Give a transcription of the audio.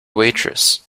waitress